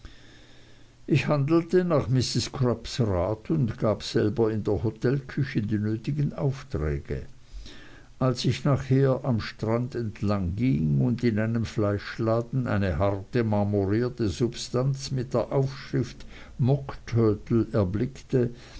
ich handelte nach mrs crupps rat und gab selbst in der hotelküche die nötigen aufträge als ich nachher am strand entlang ging und in einem fleischladen eine harte marmorierte substanz mit der aufschrift mockturtle erblickte